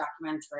documentary